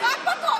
רק בטרומית,